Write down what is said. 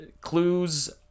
clues